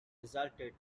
resulted